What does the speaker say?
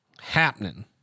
happening